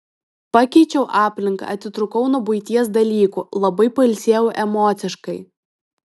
pakeičiau aplinką atitrūkau nuo buities dalykų labai pailsėjau emociškai